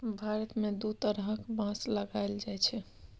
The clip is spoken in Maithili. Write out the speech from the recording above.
भारत मे दु तरहक बाँस लगाएल जाइ छै